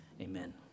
Amen